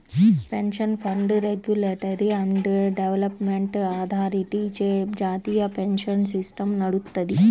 pension fund regulatory and development అథారిటీచే జాతీయ pension system నడుత్తది